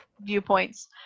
viewpoints